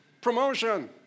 promotion